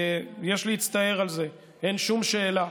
יש להצטער על זה, אין שום שאלה.